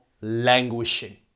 languishing